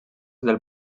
del